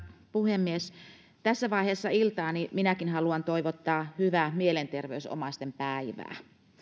puhemies tässä vaiheessa iltaa minäkin haluan toivottaa hyvää mielenterveysomaisten päivää